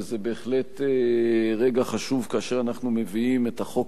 זה בהחלט רגע חשוב כאשר אנחנו מביאים את החוק